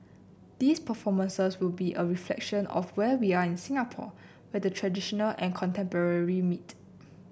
these performances will be a reflection of where we are in Singapore where the traditional and contemporary meet